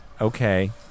Okay